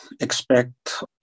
expect